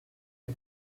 est